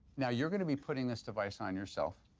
now, you're gonna be putting this device on yourself.